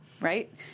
Right